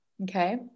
Okay